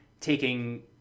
taking